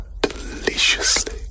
deliciously